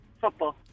football